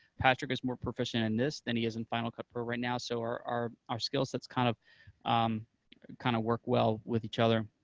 patrick is more proficient in this than he is in final cut pro right now, so our our skillsets kind of kind of work well with each other.